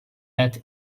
that